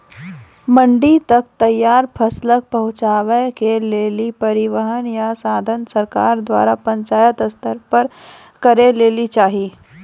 मंडी तक तैयार फसलक पहुँचावे के लेल परिवहनक या साधन सरकार द्वारा पंचायत स्तर पर करै लेली चाही?